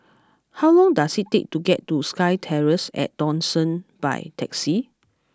how long does it take to get to SkyTerrace at Dawson by taxi